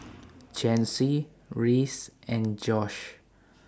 Chancy Reese and Josh